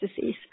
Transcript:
disease